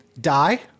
Die